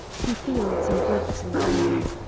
through fields and woods and lanes,